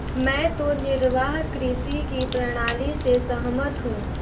मैं तो निर्वाह कृषि की प्रणाली से सहमत हूँ